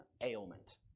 ailment